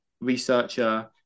researcher